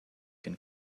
can